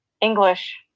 English